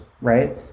right